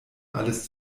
alles